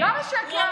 מה שיקרתי?